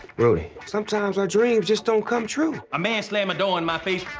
rudy, sometimes our dreams just don't come true. a man slam a door in my face,